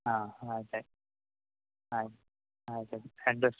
ಹಾಂ ಆಯ್ತು ಆಯ್ತು ಆಯ್ತು ಆಯ್ತು ಆಯ್ತು ಅಡ್ರೆಸ್